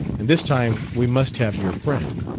and this time we must have your friend.